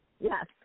yes